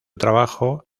trabajo